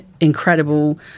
incredible